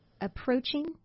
approaching